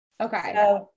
Okay